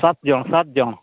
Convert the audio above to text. ᱥᱟᱛ ᱡᱚᱱ ᱥᱟᱛ ᱡᱚᱱ